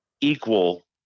equal